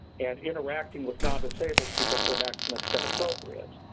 and interacting with nondisabled people to the maximum extent appropriate,